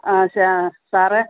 ആ സാറേ